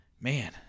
man